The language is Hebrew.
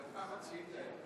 בבקשה.